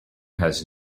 has